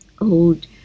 old